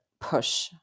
push